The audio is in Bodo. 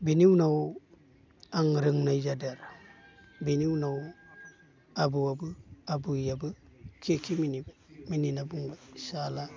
बेनि उनाव आं रोंनाय जादों आरो बेनि उनाव आबौआबो आबैआबो खे खे मिनि मिनिना बुंबाय साला